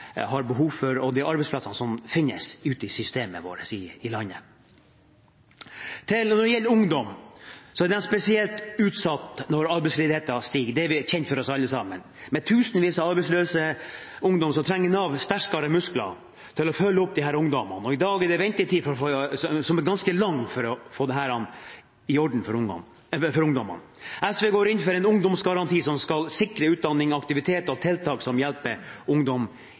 finnes i systemet ute i landet vårt. Når det gjelder ungdom, er de spesielt utsatt når arbeidsledigheten stiger. Det er kjent for oss alle sammen. Med tusenvis av arbeidsløse ungdommer trenger Nav sterkere muskler til å følge opp disse ungdommene, og i dag er ventetiden ganske lang for å få dette i orden for ungdommene. SV går inn for en ungdomsgaranti som skal sikre utdanning, aktivitet og tiltak som hjelper ungdom